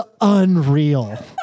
unreal